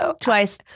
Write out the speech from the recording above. twice